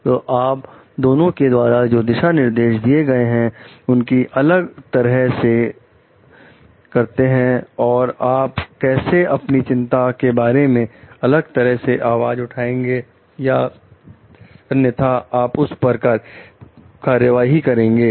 तो आप दोनों के द्वारा जो दिशा निर्देश दिए गए हैं उनकी अलग तरह से करते हैं तो आप कैसे अपनी चिंता के बारे में अलग तरह से आवाज उठाएंगे या अन्यथा आप उस पर कार्यवाही करेंगे